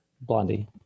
Blondie